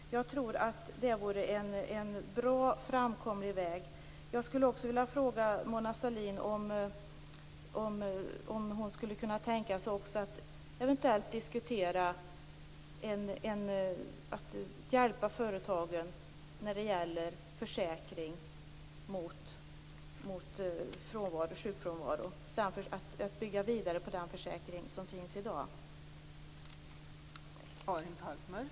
Det vore en bra framkomlig väg. Kan Mona Sahlin tänka sig att eventuellt diskutera att hjälpa företagen att bygga vidare på den försäkring som finns i dag i fråga om sjukfrånvaro?